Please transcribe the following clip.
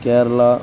Kerala